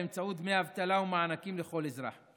באמצעות דמי אבטלה ומענקים לכל אזרח.